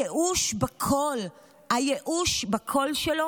חושבת שלא